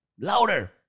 louder